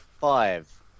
five